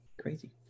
Crazy